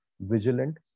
vigilant